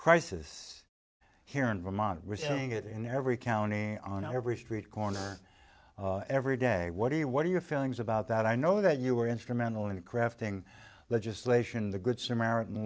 crisis here in vermont receiving it in every county on every street corner every day what do you what are your feelings about that i know that you were instrumental in crafting legislation the good samaritan